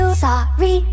Sorry